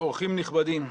אורחים נכבדים.